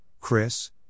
Chris